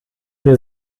mir